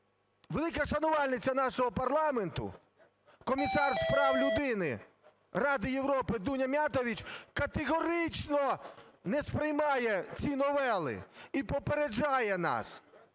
велика шанувальниця нашого парламенту Комісар з прав людини Ради Європи Дуня Міятович категорично не сприймає ці новели і попереджає нас.